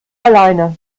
alleine